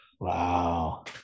wow